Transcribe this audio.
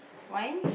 why